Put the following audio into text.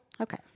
Okay